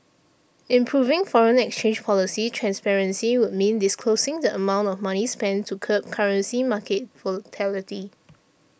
improving foreign exchange policy transparency would mean disclosing the amount of money spent to curb currency market volatility